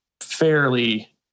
fairly